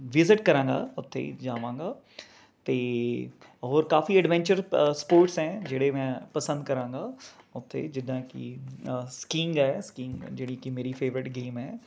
visit ਕਰਾਂਗਾ ਉੱਥੇ ਜਾਵਾਂਗਾ ਅਤੇ ਹੋਰ ਕਾਫੀ ਐਡਵੈਂਚਰ ਸਪੋਰਟਸ ਹੈ ਜਿਹੜੇ ਮੈਂ ਪਸੰਦ ਕਰਾਂਗਾ ਉੱਥੇ ਜਿੱਦਾਂ ਕਿ ਸਕਿੰਗ ਹੈ ਸਕਿੰਗ ਜਿਹੜੀ ਕਿ ਮੇਰੀ ਫੇਵਰੇਟ ਗੇਮ ਹੈ